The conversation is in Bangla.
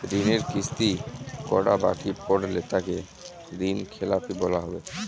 ঋণের কিস্তি কটা বাকি পড়লে তাকে ঋণখেলাপি বলা হবে?